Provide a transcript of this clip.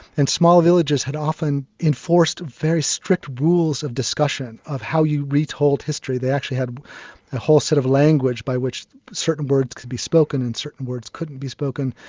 and small villages had often enforced very strict rules of discussion of how you retold history, they actually had a whole set of language by which certain words could be spoken and certain words couldn't be spoken.